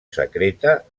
secreta